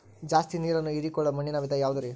ಜಾಸ್ತಿ ನೇರನ್ನ ಹೇರಿಕೊಳ್ಳೊ ಮಣ್ಣಿನ ವಿಧ ಯಾವುದುರಿ?